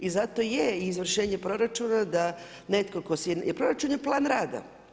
I zato i je izvršenje proračuna da netko tko, jer proračun je plan rada.